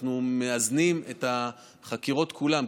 אנחנו מאזנים את החקירות כולן,